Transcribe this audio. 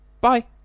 Bye